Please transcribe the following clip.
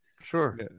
Sure